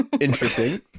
interesting